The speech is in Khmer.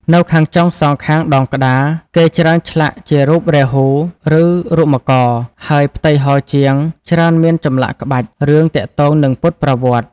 នៅខាងចុង សងខាងដងក្តារ គេច្រើនឆ្លាក់ជារូបរាហ៊ូ ឬ រូបមករ ហើយផ្ទៃហោជាងច្រើនមានចម្លាក់ក្បាច់ រឿងទាក់ទងនឹងពុទ្ធប្រវត្តិ។